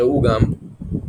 ראו גם זבה